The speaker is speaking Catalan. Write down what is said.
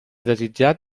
desitjat